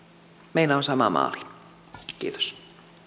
meillä on sama maali kiitos